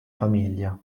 famiglia